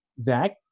Zach